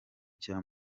cya